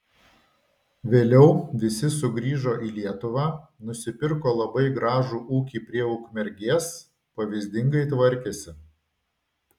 vėliau visi sugrįžo į lietuvą nusipirko labai gražų ūkį prie ukmergės pavyzdingai tvarkėsi